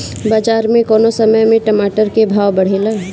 बाजार मे कौना समय मे टमाटर के भाव बढ़ेले?